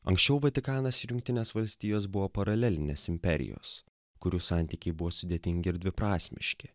anksčiau vatikanas ir jungtinės valstijos buvo paralelinės imperijos kurių santykiai buvo sudėtingi ir dviprasmiški